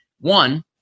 One